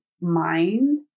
mind